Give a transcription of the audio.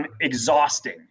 exhausting